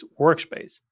workspace